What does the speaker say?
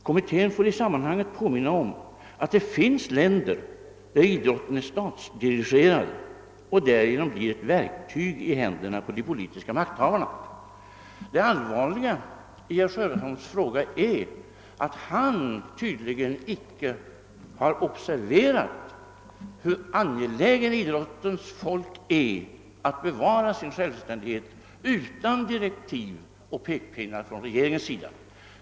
Kommittén får i sammanhanget påminna om att det finns länder där idrotten är statsdirigerad och därigenom blir ett verktyg i händerna på de politiska makthavarna.» Det allvarliga i herr Sjöholms fråga är att han tydligen inte har observerat hur angeläget idrottens folk är att bevara sin självständighet utan direktiv och pekpinnar från regeringen.